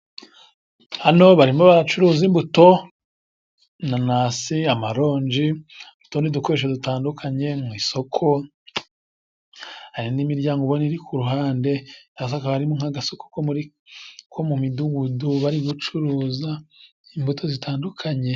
Hano barimo baracuruza imbuto inanasi amaronji n'utundi dukoresho dutandukanye mu isoko, hari n'imiryango ubona iri ku ruhande cyanga se hakaba harimo nk'agaso ko mu midugudu bari gucuruza imbuto zitandukanye.